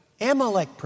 Amalek